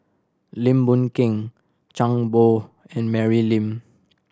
Lim Boon Keng Zhang and Mary Lim